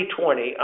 2020